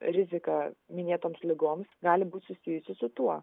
rizika minėtoms ligoms gali būt susijusi su tuo